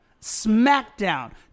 smackdown